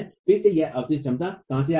फिर यह अवशिष्ट क्षमता कहाँ से आ रही है